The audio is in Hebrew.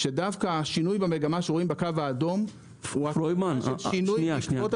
שדווקא השינוי במגמה שרואים בקו האדום הוא שינוי בעקבות התקנות.